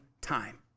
time